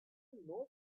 know